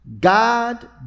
God